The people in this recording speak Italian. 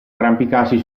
arrampicarsi